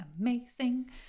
amazing